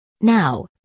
Now